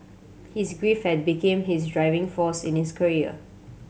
his grief had became his driving force in his career